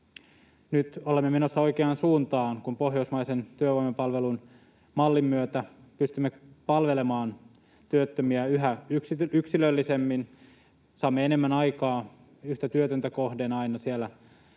Nyt olemme menossa oikeaan suuntaan, kun pohjoismaisen työvoimapalvelumallin myötä pystymme palvelemaan työttömiä yhä yksilöllisemmin ja saamme enemmän aikaa aina yhtä työtöntä kohden siellä